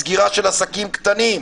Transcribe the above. מסגירה של עסקים קטנים,